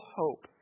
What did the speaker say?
hope